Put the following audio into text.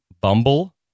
Bumble